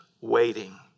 waiting